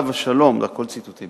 עליו השלום" זה הכול ציטוטים,